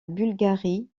bulgarie